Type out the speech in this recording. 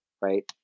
right